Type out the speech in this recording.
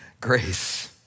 Grace